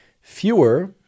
Fewer